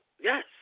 yes